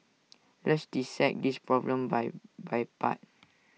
let's dissect this problem by by part